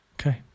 okay